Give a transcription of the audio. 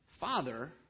father